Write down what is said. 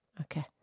Okay